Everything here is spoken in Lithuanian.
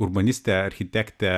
urbanistė architektė